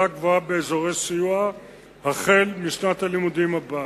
גבוהה באזורי סיוע החל משנת הלימודים הבאה.